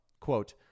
Quote